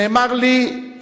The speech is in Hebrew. נאמר לי,